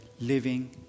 living